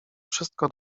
wszystko